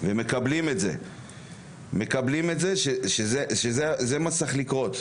והם מקבלים את זה שזה מה שצריך לקרות.